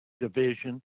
Division